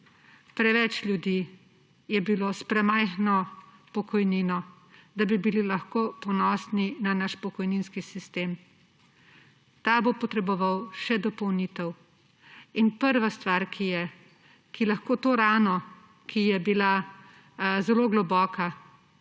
Preveč ljudi je bilo s premajhno pokojnino, da bi bili lahko ponosni na naš pokojninski sistem. Ta bo potreboval še dopolnitev in prva stvar, ki lahko to rano, ki je bila zelo globoka